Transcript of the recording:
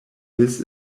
this